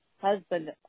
husband